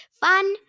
Fun